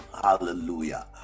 Hallelujah